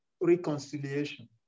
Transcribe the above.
reconciliation